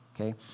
Okay